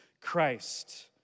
Christ